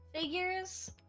figures